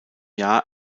jahr